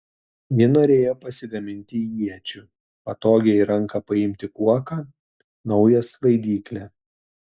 ji norėjo pasigaminti iečių patogią į ranką paimti kuoką naują svaidyklę